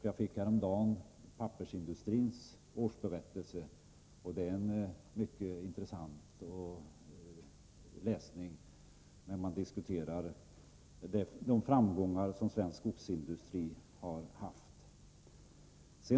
Jag fick häromdagen pappersindustrins årsberättelse, och det är en mycket intressant läsning när man diskuterar de framgångar som svensk skogsindustri har haft.